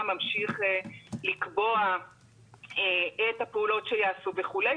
ממשיך לקבוע את הפעולות שייעשו וכולי,